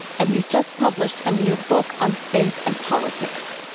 and he's just published a new book on faith and politics.